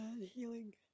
healing